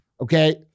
Okay